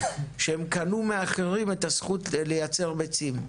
שהם קנו מאחרים את הזכות לייצר ביצים,